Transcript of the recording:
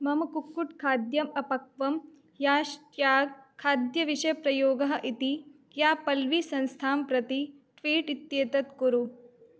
मम कुक्कुट् खाद्यम् अपक्वं ह्याश्ट्याग् खाद्यविषप्रयोगः इति यापल्बीसंस्थां प्रति ट्वीट् इत्येतत् कुरु